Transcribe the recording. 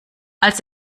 als